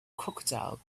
crocodile